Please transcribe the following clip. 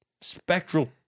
spectral